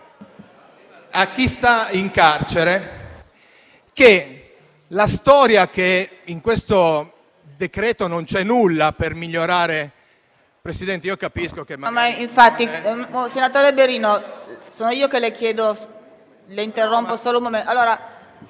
a chi sta in carcere che la storia che in questo decreto non c'è nulla per migliorare… *(Brusìo).* Presidente, io capisco, ma…